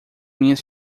minhas